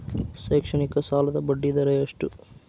ಶೈಕ್ಷಣಿಕ ಸಾಲದ ಬಡ್ಡಿ ದರ ಎಷ್ಟು?